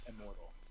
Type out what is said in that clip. immortal